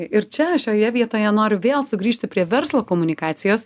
ir čia aš šioje vietoje noriu vėl sugrįžti prie verslo komunikacijos